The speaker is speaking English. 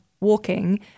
walking